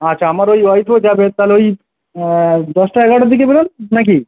আচ্ছা আমার ওই ওয়াইফও যাবে তাহলে ওই দশটা এগারোটার দিকে বেরোন নাকি